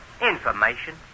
Information